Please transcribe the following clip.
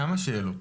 כמה שאלות.